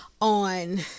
on